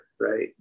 right